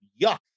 yuck